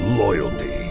loyalty